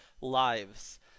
lives